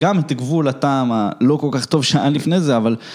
גם את גבול הטעם הלא כל כך טוב שעה לפני זה, אבל...